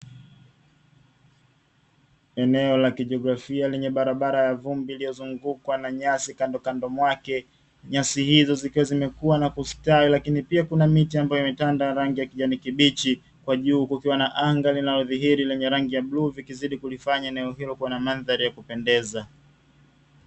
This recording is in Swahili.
Eneo la kijografia, lenye barabara ya vumbi iliyo zungukwa na nyasi kandokando mwake, nyasi hizo zikiwa zimekuwa na kustawi, lakini pia kuna miti ambayo imetanda ya rangi kijani kibichi, kwa juu kukiwa na anga linalodhihili lenye rangi ya bluu, vikizidi kulifanya eneo hilo kuwa na mandhari ya kupendeza.